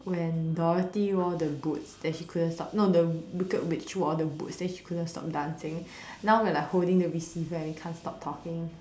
when Dorothy wore the boots and she couldn't stop no the wicked witch wore the boots then she couldn't stop dancing now we're like holding the receiver and we can't stop talking